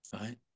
right